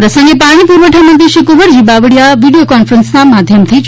આ પ્રસંગે પાણી પુરવઠા મંત્રી શ્રી કુંવરજી બાવળીયા વિડીયો કોન્ફરન્સનાં માધ્યમથી જોડાયા હતા